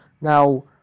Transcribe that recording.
Now